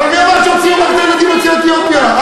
אבל מי שאמר שהוציאו הרבה ילדים יוצאי אתיופיה?